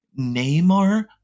Neymar